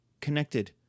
connected